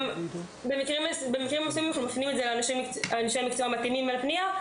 במקרים מסוימים אנחנו מפנים את זה לאנשי המקצוע המתאימים לפנייה.